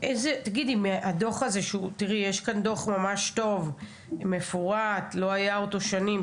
יש כאן דוח ממש טוב, מפורט, לא היה אותו שנים.